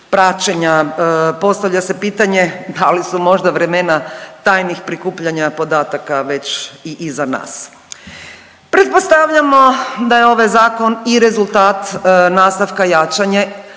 praćenja, postavlja se pitanje da li su možda vremena tajnih prikupljanja podataka već i iza nas. Pretpostavljamo da je ovaj Zakon i rezultat nastavka jačanja